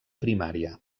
primària